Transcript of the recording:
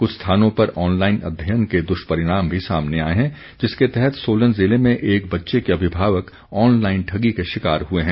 कुछ स्थानों पर ऑनलाइन अध्ययन के दुष्परिणाम भी सामने आए हैं जिसके तहत सोलन जिले में एक बच्चे के अभिभावक ऑनलाइन ठगी के शिकार हुए हैं